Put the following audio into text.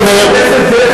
לדאוג.